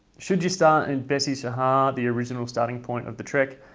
should you start in besisahar, the original starting point of the trek,